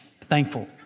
Thankful